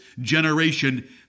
generation